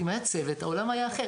אם היה צוות העולם היה אחר.